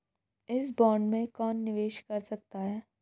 इस बॉन्ड में कौन निवेश कर सकता है?